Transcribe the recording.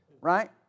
Right